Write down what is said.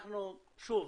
שוב,